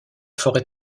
forêt